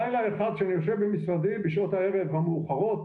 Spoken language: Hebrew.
לילה אחד אני יושב במשרדי בשעות הערב המאוחרות,